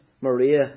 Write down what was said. Maria